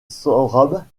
sorabe